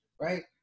right